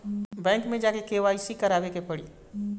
Bank मे जा के के.वाइ.सी करबाबे के पड़ी?